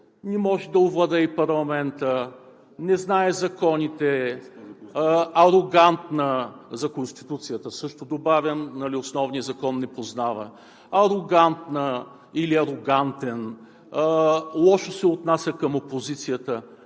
не може да овладее парламента, не знае законите, за Конституцията също добавям – основния Закон не познава, арогантна или арогантен, лошо се отнася към опозицията.